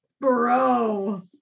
Bro